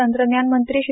तंत्रज्ञान मंत्री श्री